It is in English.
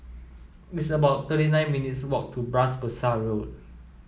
it's about thirty nine minutes' walk to Bras Basah Road